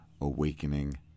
awakening